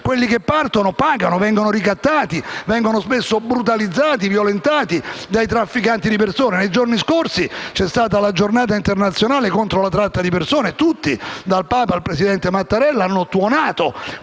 quelli che partono pagano, vengono ricattati, spesso vengono brutalizzati e violentati dai trafficanti di persone. Nei giorni scorsi c'è stata la giornata internazionale contro la tratta di persone e tutti, dal Papa al presidente Mattarella, hanno tuonato